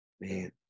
Man